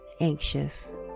anxious